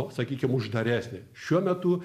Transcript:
sakykim uždaresnė šiuo metu